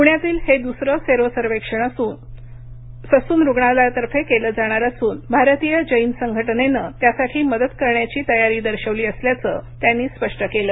पुण्यातील हे दूसरं सेरो सर्वेक्षण ससून रुग्णालयातर्फे केलं जाणार असून भारतीय जैन संघटनेनं त्यासाठी मदत करण्याची तयारी दर्शवली असल्याचं त्यांनी स्पष्ट केलं